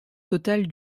totale